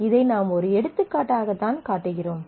ஆனால் இதை நாம் ஒரு எடுத்துக்காட்டாகத் தான் காட்டுகிறோம்